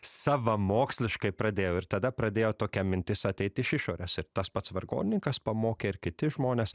savamoksliškai pradėjau ir tada pradėjo tokia mintis ateit iš išorės ir tas pats vargonininkas pamokė ir kiti žmonės